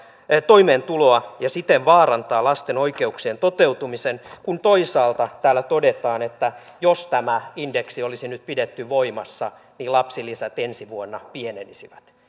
toimeentuloa ja siten vaarantaa lasten oikeuksien toteutumisen kun toisaalta täällä todetaan että jos tämä indeksi olisi nyt pidetty voimassa niin lapsilisät ensi vuonna pienenisivät